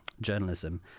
journalism